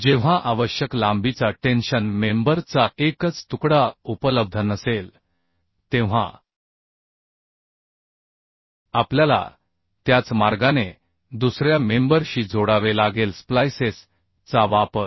जेव्हा आवश्यक लांबीचा टेन्शन मेंबर चा एकच तुकडा उपलब्ध नसेल तेव्हा आपल्याला त्याच मार्गाने दुसऱ्या मेंबर शी जोडावे लागेल स्प्लाइसेस चा वापर